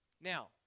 Now